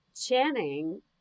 Channing